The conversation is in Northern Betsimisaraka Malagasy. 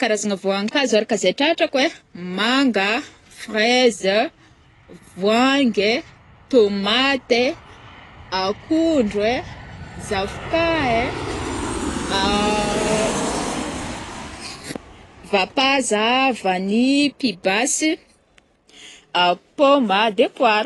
Karazagna voankazo araka izay tratrako ai: manga, fraise, voangy ai, tomate, akondro ai, zavoka ai, vapaza, vany, pibasy, pôma de poira.